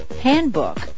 Handbook